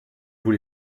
vous